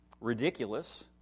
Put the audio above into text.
ridiculous